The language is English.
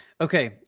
Okay